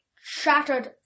shattered